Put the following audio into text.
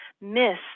miss